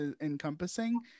encompassing